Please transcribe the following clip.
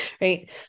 Right